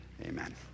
amen